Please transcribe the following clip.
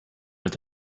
mit